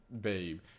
Babe